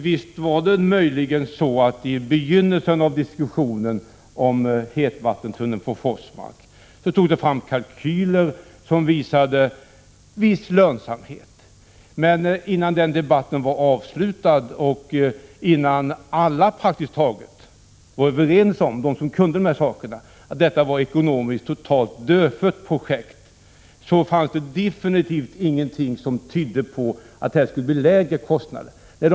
Visst var det möjligen så att man i begynnelsen av diskussionen om en hetvattenstunnel från Forsmark tog fram kalkyler som visade på viss lönsamhet. Men när debatten var avslutad var praktiskt taget alla de som kunde dessa frågor överens om att detta var ett ekonomiskt totalt dödfött projekt och att det definitivt inte fanns någonting som tydde på att detta skulle ge lägre kostnader.